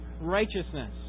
righteousness